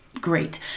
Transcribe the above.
great